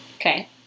Okay